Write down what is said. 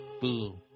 Boom